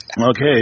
Okay